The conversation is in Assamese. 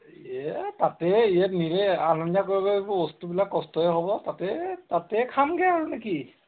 এ তাতে ইয়াত নিলে অনা নিয়া কৰি কৰি আকৌ বস্তুবিলাক কষ্টহে হ'ব তাতে তাতে খামগৈ আৰু নেকি